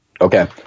Okay